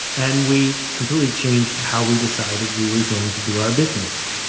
and we completely changed how we decided we were going to do our business.